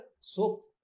soap